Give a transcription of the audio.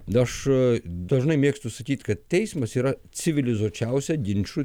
na aš dažnai mėgstu sakyti kad teismas yra civilizuočiausia ginčų